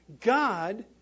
God